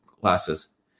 classes